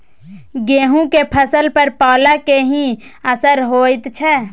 गेहूं के फसल पर पाला के की असर होयत छै?